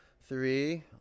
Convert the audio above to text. Three